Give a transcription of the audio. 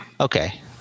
Okay